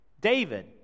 David